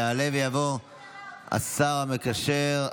יעלה ויבוא השר המקשר,